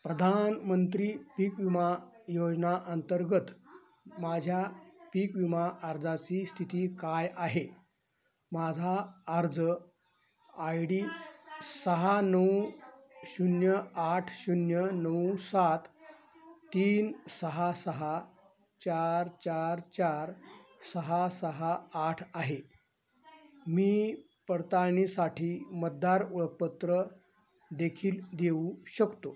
प्रधानमंत्री पीक विमा योजना अंतर्गत माझ्या पीक विमा अर्जाची स्थिती काय आहे माझा अर्ज आय डी सहा नऊ शून्य आठ शून्य नऊ सात तीन सहा सहा चार चार चार सहा सहा आठ आहे मी पडताळणीसाठी मतदार ओळपखत्र देखील देऊ शकतो